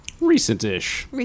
Recent-ish